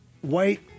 White